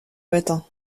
matin